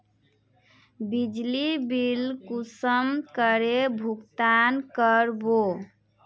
बिजली बिल कुंसम करे भुगतान कर बो?